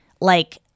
like-